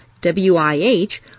WIH